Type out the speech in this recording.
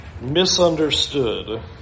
misunderstood